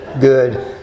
good